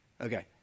Okay